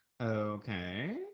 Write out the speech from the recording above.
Okay